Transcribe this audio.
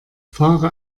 fahre